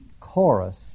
chorus